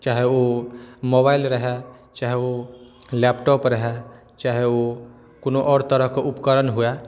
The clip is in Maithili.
चाहे ओ मोबाइल रहै चाहे ओ लैपटॉप रहै चाहे ओ कोनो आओर तरहके उपकरण हुअए